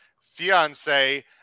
fiance